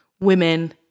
women